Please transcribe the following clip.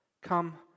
Come